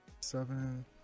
seven